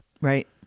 right